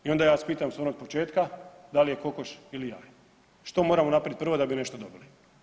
I onda ja vas pitam s onog početka da li je kokoš ili jaje, što moramo napraviti prvo da bi nešto dobili?